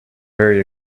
very